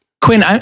Quinn